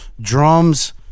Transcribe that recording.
drums